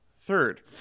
third